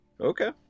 Okay